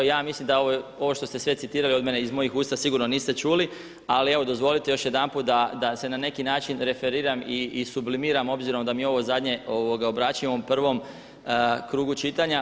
Ja mislim da ovo šte ste sve citirali od mene iz mojih usta sigurno niste čuli, ali evo dozvolite još jedanput da se na neki način referiram i sublimiram obzirom da mi je ovo zadnje obraćanje u ovom prvom krugu čitanja.